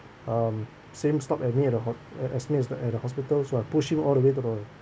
um same stop at me at the ho~ a~ as me as the at the hospital so I push him all the way to the